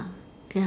ya